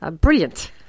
Brilliant